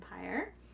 Empire